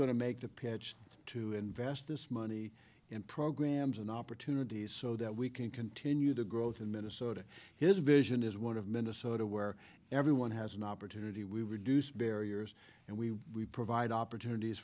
to make the pitch to invest this money in programs and opportunities so that we can continue the growth in minnesota his vision is one of minnesota where everyone has an opportunity we reduce barriers and we provide opportunities